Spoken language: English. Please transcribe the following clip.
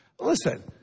Listen